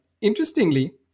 interestingly